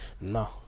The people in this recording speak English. No